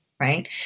right